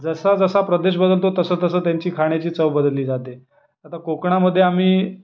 जसा जसा प्रदेश बदलतो तसं तसं त्यांची खाण्याची चव बदलली जाते आता कोकणामध्ये आम्ही